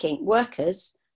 workers